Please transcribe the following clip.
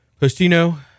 Postino